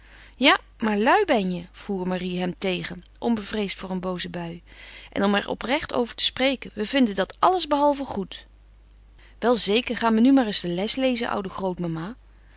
ja maar lui ben je voer marie hem tegen onbevreesd voor een booze bui en om er oprecht over te spreken we vinden dat allesbehalve goed wel zeker ga me nu maar eens de les lezen oude